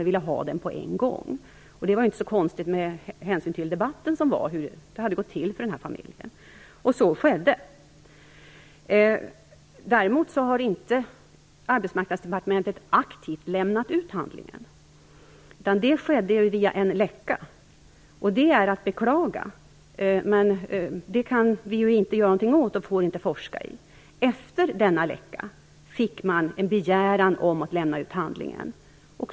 Vi ville ha den på en gång - det var ju inte så konstigt, med hänsyn till den debatt som var om hur det hade gått till för den här familjen. Så skedde också. Däremot har Arbetsmarknadsdepartementet inte aktivt lämnat ut handlingen, utan det skedde via en läcka. Det är att beklaga, men det kan vi inte göra något åt och det får vi heller inte forska i. Efter denna läcka fick man en begäran om att lämna ut handlingen.